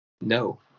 no